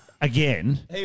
again